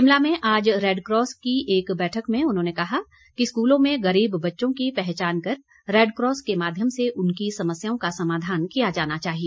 शिमला में आज रैडक्रॉस की एक बैठक में उन्होंने कहा कि स्कूलों में गरीब बच्चों की पहचान कर रैडक्रॉस के माध्यम से उनकी समस्याओं का समाधान किया जाना चाहिए